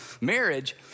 marriage